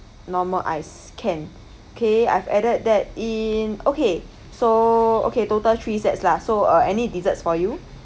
normal ice can okay I've added that in okay so okay total three sets lah so uh any desserts for you